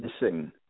missing